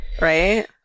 right